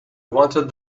wanted